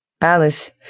Alice